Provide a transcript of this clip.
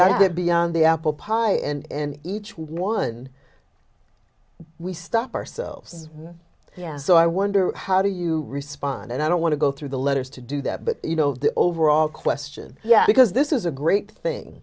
got to get beyond the apple pie and each one we stop ourselves yeah so i wonder how do you respond and i don't want to go through the letters to do that but you know the overall question because this is a great thing